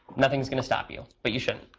nothing's going to stop you, but you shouldn't